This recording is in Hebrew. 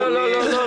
לא לא לא,